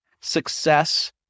success